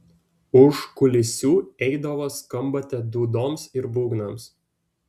už kulisių eidavo skambate dūdoms ir būgnams